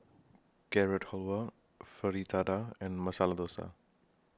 Carrot Halwa Fritada and Masala Dosa